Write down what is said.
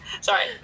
sorry